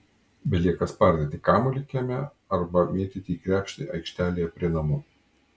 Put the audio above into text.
belieka spardyti kamuolį kieme arba mėtyti į krepšį aikštelėje prie namų